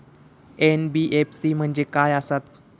NBFC म्हणजे खाय आसत?